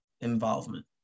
involvement